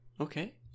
Okay